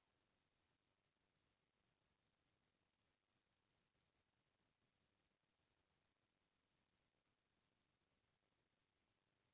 जेन मनखे तीर थोक बहुत पइसा होथे अउ अपन बर घर य फ्लेट बिसाना चाहथे तेनो ल सब्सिडी देथे सरकार ह